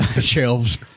shelves